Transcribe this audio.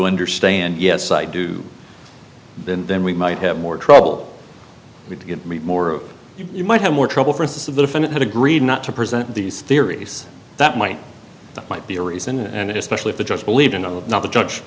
understand yes i do and then we might have more trouble we do get more you might have more trouble for instance of the defendant had agreed not to present these theories that might that might be a reason and especially if the judge believe it or not the judge